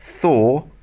Thor